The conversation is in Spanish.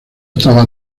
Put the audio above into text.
estaba